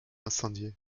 incendiée